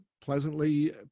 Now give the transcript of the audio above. pleasantly